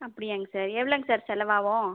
அப்படியாங்க சார் எவ்வளோங்க சார் செலவாகும்